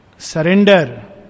Surrender